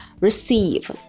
receive